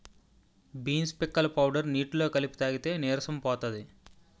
beans పిక్కల powder నీటిలో కలిపి తాగితే నీరసం పోతది